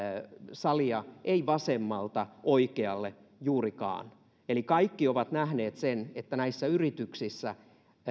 ei vasemmalta oikealle juurikaan eli kaikki ovat nähneet että näissä yrityksissä